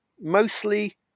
mostly